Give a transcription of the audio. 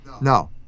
no